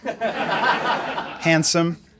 Handsome